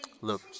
Look